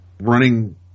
running